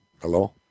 Hello